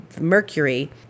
mercury